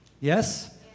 Yes